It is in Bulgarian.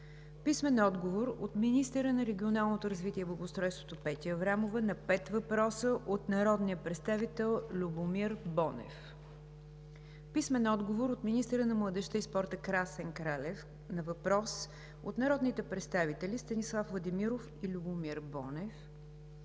Николай Цонков; - министъра на регионалното развитие и благоустройството Петя Аврамова на пет въпроса от народния представител Любомир Бонев; - министъра на младежта и спорта Красен Кралев на въпрос от народните представители Станислав Владимиров и Любомир Бонев;